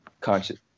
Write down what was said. conscious